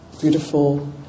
beautiful